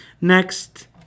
Next